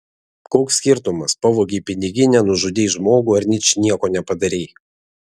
koks skirtumas pavogei piniginę nužudei žmogų ar ničnieko nepadarei